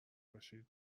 باشید